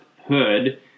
hood